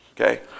Okay